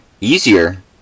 easier